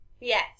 Yes